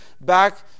back